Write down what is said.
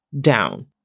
down